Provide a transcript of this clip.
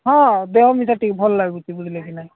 ହଁ ଦେହ ମିଶା ଟିକେ ଭଲ ଲାଗୁଛି ବୁଝିଲେ କିି ନାଁ